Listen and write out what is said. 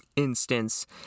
instance